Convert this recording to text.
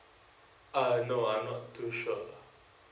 uh no I'm not too sure